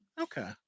Okay